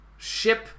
Ship